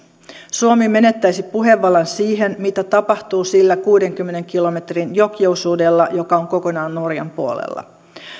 suomi menettäisi puhevallan siihen mitä tapahtuu sillä kuudenkymmenen kilometrin jokiosuudella joka on kokonaan norjan puolella